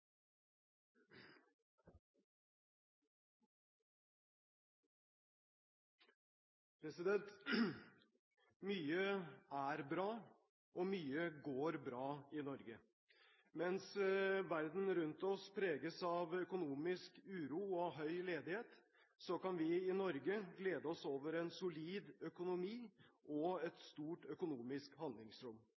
på. Mye er bra, og mye går bra i Norge. Mens verden rundt oss preges av økonomisk uro og høy ledighet, kan vi i Norge glede oss over en solid økonomi og et stort økonomisk handlingsrom.